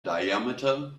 diameter